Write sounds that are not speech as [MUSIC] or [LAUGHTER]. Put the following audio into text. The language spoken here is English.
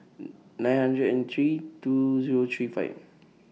[HESITATION] nine hundred and three two Zero three five